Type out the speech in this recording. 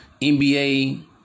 NBA